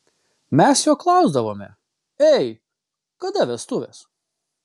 mes jo klausdavome ei kada vestuvės